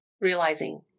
realizing